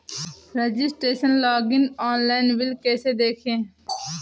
Registration login online bill कैसे देखें?